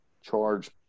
charge